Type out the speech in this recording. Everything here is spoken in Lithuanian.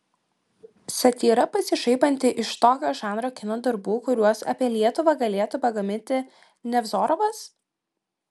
satyra pasišaipanti iš tokio žanro kino darbų kuriuos apie lietuvą galėtų pagaminti nevzorovas